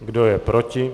Kdo je proti?